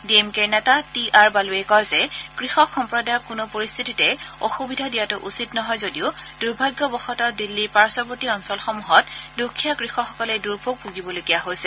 D M K ৰ নেতা T R বালুৱে কয় যে কৃষক সম্প্ৰদায়ক কোনো পৰিস্থিতিতে অসূবিধা দিয়াটো উচিত নহয় যদিও দুৰ্ভাগ্যবসত দিল্লীৰ পাৰ্ধবৰ্তী অঞ্চলসমূহত দুখীয়া কৃষকসকলে দুৰ্ভোগ ভুগিবলগীয়া হৈছে